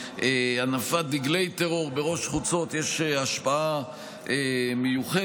הנפת דגלי טרור בראש חוצות יש השפעה מיוחדת.